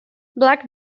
black